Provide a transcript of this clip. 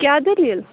کیٛاہ دٔلیٖل